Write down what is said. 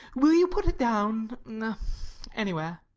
will you put it down a anywhere.